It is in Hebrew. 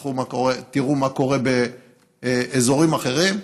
תלכו תראו מה קורה באזוריים אחרים,